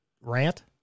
rant